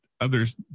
others